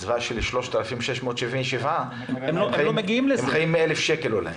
קצבה של 3,677 שקלים הם חיים אפילו אולי רק מ-1,000 שקלים.